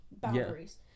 Boundaries